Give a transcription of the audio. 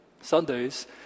Sundays